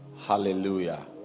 Hallelujah